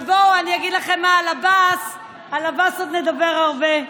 אבל בואו, אני אגיד לכם, על עבאס עוד נדבר הרבה,